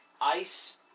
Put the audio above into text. ice